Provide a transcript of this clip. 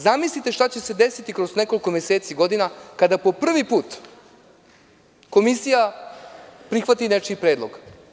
Zamislite šta će se desiti kroz nekoliko meseci, godina, kada po prvi put komisija prihvati nečiji predlog.